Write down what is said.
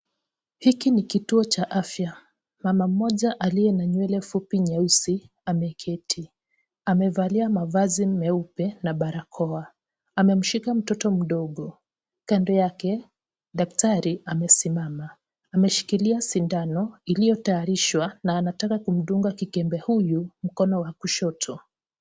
Hiki ni kituo cha afya mama mmoja aliye na nywele fupi nyeusi ameketi amevalia mavazi meupe na barakoa amemshika mtoto mdogo kando yake daktari amesimama ameshikilia sindano iliyo tayarishwa na anataka kumdunga kikembe huyu mkono wa kushoto.